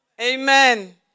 Amen